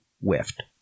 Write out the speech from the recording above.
whiffed